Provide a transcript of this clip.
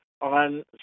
on